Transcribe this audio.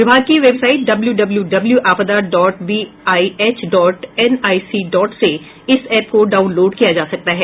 विभाग की website W W W आपदा dot BIH dot NIC dot से इस एप्प को डाउनलोड किया जा सकता है